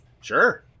Sure